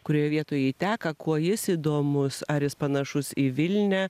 kurioj vietoj teka kuo jis įdomus ar jis panašus į vilnią